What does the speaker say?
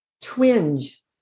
twinge